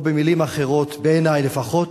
או במלים אחרות, בעיני לפחות,